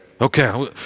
Okay